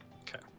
Okay